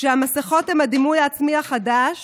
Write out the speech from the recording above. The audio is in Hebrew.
כשהמסכות הם הדימוי העצמי החדש